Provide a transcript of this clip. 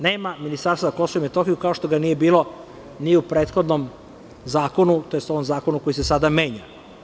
Nema ministarstva Kosova i Metohije, kao što ga nije bilo ni u prethodnom zakonu, tj. ovom zakonu koji se sada menja.